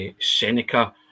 Seneca